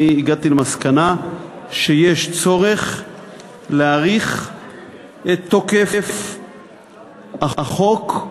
הגעתי למסקנה שצריך להאריך את תוקף החוק,